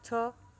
ଛଅ